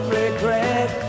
regret